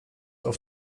auf